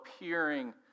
appearing